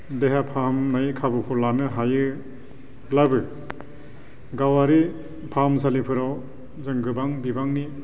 देहा फाहामनाय खाबुखौ लानो हायोब्लाबो गावारि फाहामसालिफोराव जों गोबां बिबांनि